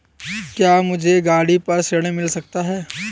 क्या मुझे गाड़ी पर ऋण मिल सकता है?